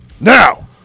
Now